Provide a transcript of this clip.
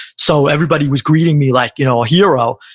so everybody was greeting me like you know a hero,